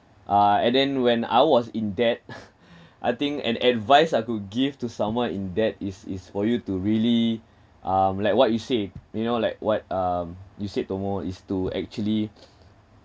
uh and then when I was in debt I think an advice I would give to someone in debt is is for you to really um like what you say you know like what um you said the more is to actually